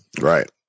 right